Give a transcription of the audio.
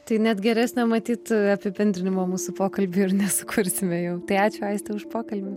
tai net geresnė matyt apibendrinimą mūsų pokalbiui ir ne sukursime jau tai ačiū aiste už pokalbį